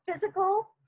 physical